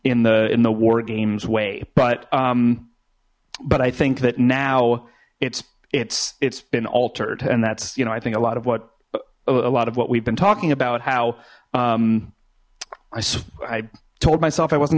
in the in the wargames way but but i think that now it's it's it's been altered and that's you know i think a lot of what a lot of what we've been talking about how i so i told myself i wasn't